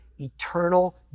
eternal